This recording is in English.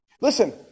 Listen